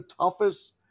toughest